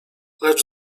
lecz